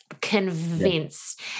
Convinced